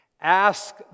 Ask